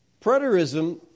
Preterism